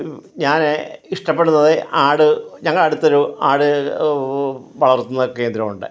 ഞാന് ഇഷ്ടപ്പെടുന്നത് ആട് ഞങ്ങളുടെ അടുത്ത് ഒരു ആട് വളർത്തുന്ന കേന്ദ്രമുണ്ട്